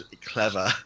clever